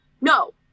No